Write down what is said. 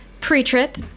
pre-trip